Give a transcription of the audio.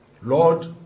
Lord